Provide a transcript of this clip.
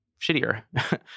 shittier